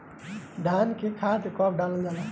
धान में खाद कब डालल जाला?